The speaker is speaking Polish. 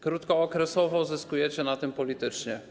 Krótkookresowo zyskujecie na tym politycznie.